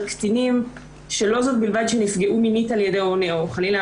קטינים שלא זאת בלבד שנפגעו על ידי הורה אחד אלא